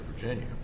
Virginia